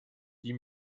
die